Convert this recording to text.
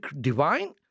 divine